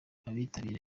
abitabiriye